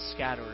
scatterers